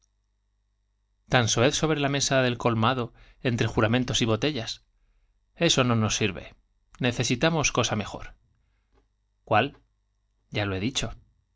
tan soez mesa mado entre juramentos y botellas eso no nos sirve n ecesitamos cosa mejor cuál ya lo he dicho